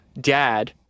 dad